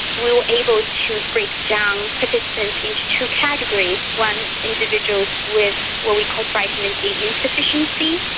we were able to break down participants into two categories. one, individuals with what we call vitamin d insufficiency,